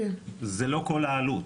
זה לא כל העלות.